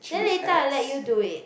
then later I let you do it